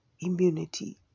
immunity